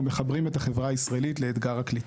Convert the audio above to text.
מחברים את החברה הישראלית לאתגר הקליטה.